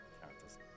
character's